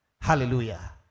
Hallelujah